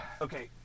Okay